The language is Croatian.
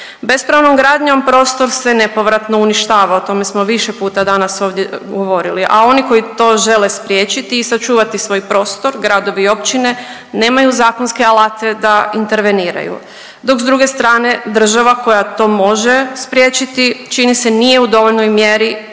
Bespravnom gradnjom prostor se nepovratno uništava, o tome smo više puta danas ovdje govorili, a oni koji to žele spriječiti i sačuvati svoj prostor gradovi i općine nemaju zakonske alate da interveniraju, dok s druge strane država koja to može spriječiti čini se nije u dovoljnoj mjeri